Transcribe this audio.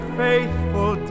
faithful